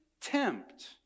tempt